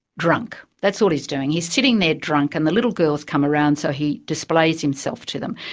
drunk, that's all he's doing. he's sitting there drunk and the little girls come around so he displays himself to them.